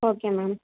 okay ma'am